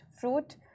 fruit